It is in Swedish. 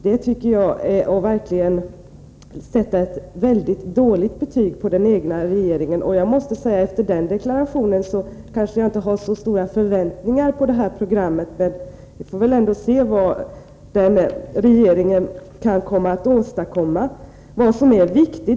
Det tycker jag är att sätta ett verkligt dåligt betyg på den egna regeringen. Jag måste säga att jag efter den här deklarationen inte har så stora förväntningar på programmet, men vi får väl se vad regeringen kan åstadkomma.